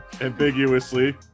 Ambiguously